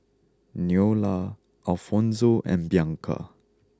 Neola Alfonzo and Bianca